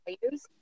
values